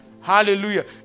Hallelujah